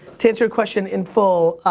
to answer your question in full.